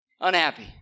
Unhappy